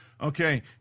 okay